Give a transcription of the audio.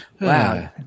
Wow